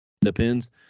depends